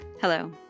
Hello